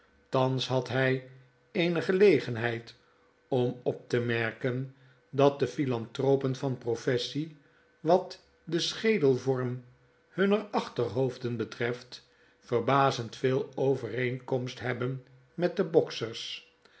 thans had hg eene gelegenheid om op te merken dat de philanthropen van professie wat de schedelvorm hunner achterhoofden betreft verbazend veel overeenkomst hebben met deboksers hij